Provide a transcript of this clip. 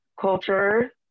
culture